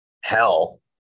hell